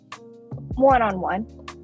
one-on-one